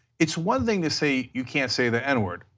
it's one thing to say you cannot say the n-word.